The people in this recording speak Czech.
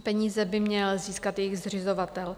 Peníze by měl získat jejich zřizovatel.